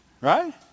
Right